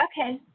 Okay